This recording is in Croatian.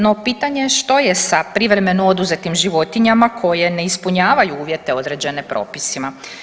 No pitanje je što je sa privremeno oduzetim životinjama koje ne ispunjavaju uvjete određene propisima.